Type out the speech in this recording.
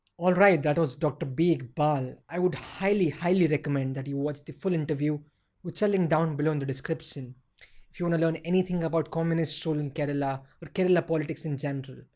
alright, that was dr. b. ekbal. but i would highly, highly recommend that you watch the full interview which i'll link down below in the description if you want to learn anything about communist rule in kerala or kerala politics in general,